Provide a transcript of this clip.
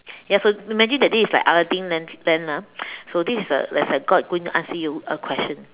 ya so imagine that day is a outing then then lah so this is a like a god going to ask you a question